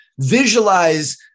Visualize-